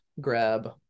grab